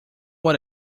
what